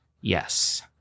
yes